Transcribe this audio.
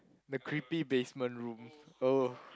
the creepy basement room oh